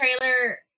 trailer